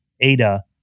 ADA